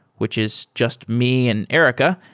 which is just me and erica,